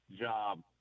job